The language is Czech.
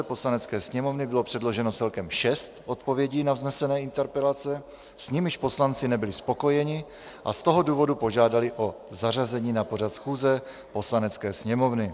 Poslanecké sněmovny bylo předloženo celkem šest odpovědí na vznesené interpelace, s nimiž poslanci nebyli spokojeni, a z toho důvodu požádali o zařazení na pořad schůze Poslanecké sněmovny.